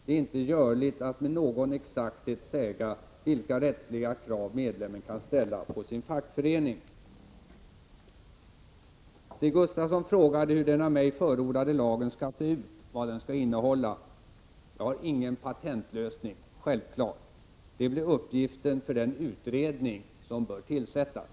Det är inte görligt att med någon exakthet säga vilka rättsliga krav medlemmen kan ställa på sin fackförening.” Stig Gustafsson frågade hur den av mig förordade lagen skall se ut, vad den skall innehålla. Jag har självfallet ingen patentlösning — det blir uppgiften för den utredning som bör tillsättas.